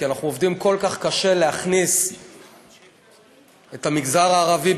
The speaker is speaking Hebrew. כי אנחנו עובדים כל כך קשה להכניס את המגזר הערבי,